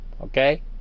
Okay